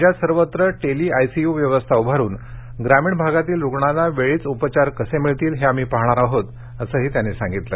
राज्यात सर्वत्र टेलिआयसीयू व्यवस्था उभारून ग्रामीण भागातील रुग्णांना वेळीच उपचार कसे मिळतील हे आम्ही पाहणार आहोत असेही त्यांनी सांगितलं